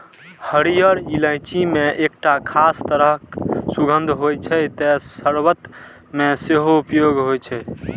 हरियर इलायची मे एकटा खास तरह सुगंध होइ छै, तें शर्बत मे सेहो उपयोग होइ छै